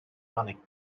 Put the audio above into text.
money